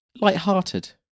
light-hearted